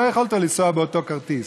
לא יכולת לנסוע באותו כרטיס.